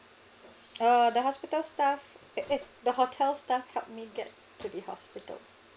uh the hospital staff eh the hotel staff help me get to the hospital